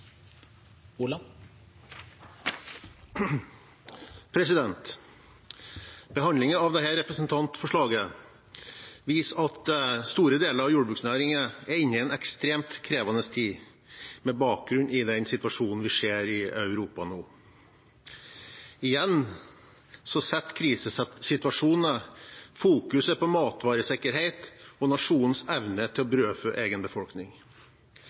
inne i en ekstremt krevende tid, med bakgrunn i den situasjonen vi ser i Europa nå. Igjen setter krisesituasjoner matvaresikkerhet og nasjonens evne til å brødfø egen befolkning